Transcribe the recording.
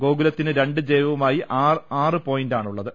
ഗോകുലത്തിന് രണ്ട് ജയവുമായി ആര് പോയിന്റാണുള്ളത്